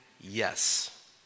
yes